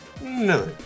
No